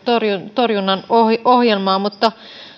torjunnan ohjelmaan mutta